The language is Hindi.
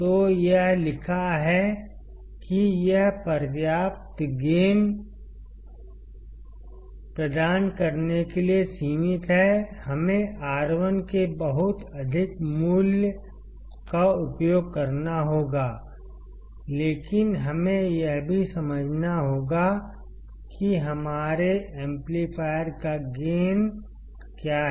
तो यह लिखा है कि यह पर्याप्त गेन प्रदान करने के लिए सीमित है हमें R 1 के बहुत अधिक मूल्य का उपयोग करना होगा लेकिन हमें यह भी समझना होगा कि हमारे एम्पलीफायर का गेन क्या है